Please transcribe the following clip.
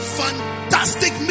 fantastic